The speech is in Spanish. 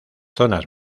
zonas